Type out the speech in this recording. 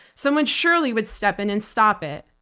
someone surely would step in and stop it.